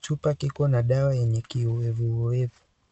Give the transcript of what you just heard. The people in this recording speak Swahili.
Chupa kiko na dawa cha kinyevunyevu.